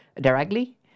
directly